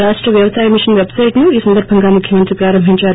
రాష్ట వ్యవసాయ మిషన్ పెట్ సైట్ను ఈ సందర్భంగా ముఖ్యమంత్రి ప్రారంభించారు